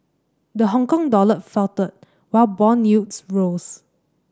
the Hongkong dollar faltered while bond yields rose